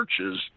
churches